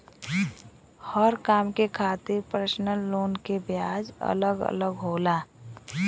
हर काम के खातिर परसनल लोन के ब्याज अलग अलग होला